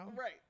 Right